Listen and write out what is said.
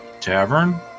tavern